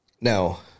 now